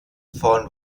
von